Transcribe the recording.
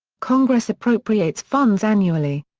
congress appropriates funds annually.